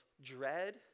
dread